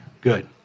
Good